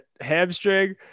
hamstring